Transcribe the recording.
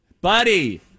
Buddy